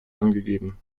angegeben